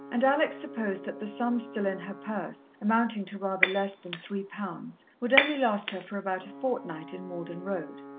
and alex supposed that the sum still in her purse, amounting to rather less than three pounds, would only last her for about a fortnight in malden road.